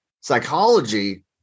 psychology